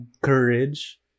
courage